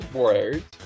words